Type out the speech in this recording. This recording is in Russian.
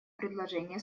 предложение